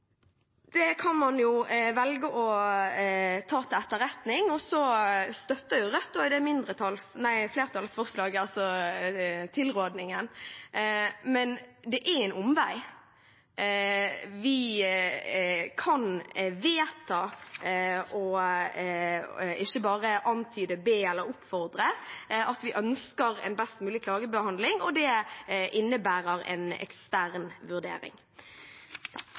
Det kan man velge å ta til etterretning. Så støtter Rødt også flertallsforslaget, altså tilrådingen, men det er en omvei. Vi kan vedta – ikke bare antyde, be om eller oppfordre til – at vi ønsker en best mulig klagebehandling. Det innebærer en ekstern vurdering.